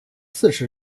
四十